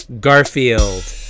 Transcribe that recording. Garfield